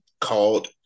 called